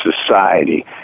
society